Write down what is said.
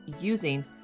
using